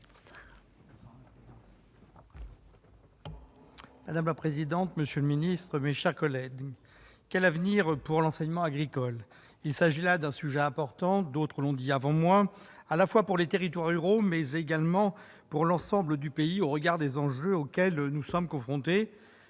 Madame la présidente, monsieur le ministre, mes chers collègues, quel avenir pour l'enseignement agricole ? Il s'agit là d'un sujet important, comme les précédents orateurs l'ont souligné, pour les territoires ruraux, mais aussi pour l'ensemble du pays, au regard des enjeux auxquels nous sommes confrontés